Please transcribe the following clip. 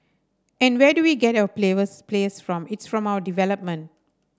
and where do we get our players plays from it's from our development